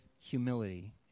humility